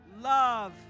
love